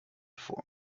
vor